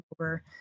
over